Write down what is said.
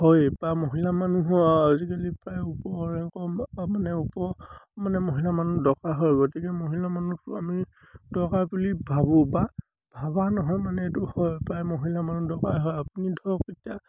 হয় বা মহিলা মানুহ আজিকালি প্ৰায় ওপৰ ৰেংকৰ মানে ওপৰ মানে মহিলা মানুহ দৰকাৰ হয় গতিকে মহিলা মানুহটো আমি দৰকাৰ বুলি ভাবোঁ বা ভাবা নহয় মানে এইটো হয় প্ৰায় মহিলা মানুহ দৰকাৰ হয় আপুনি ধৰক এতিয়া